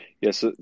Yes